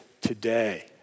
today